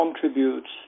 contributes